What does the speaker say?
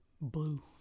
blue